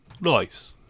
Nice